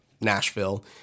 Nashville